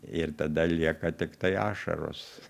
ir tada lieka tiktai ašaros